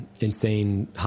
insane